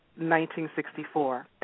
1964